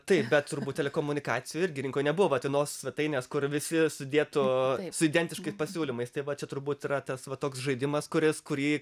taip bet turbūt telekomunikacijų irgi rinkoj nebuvo vat vienos svetainės kur visi sudėtų su identiškais pasiūlymais tai va čia turbūt yra tas va toks žaidimas kuris kurį